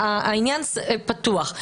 העניין פתוח.